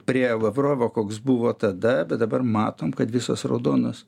prie lavrovo koks buvo tada bet dabar matom kad visos raudonos